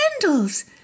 candles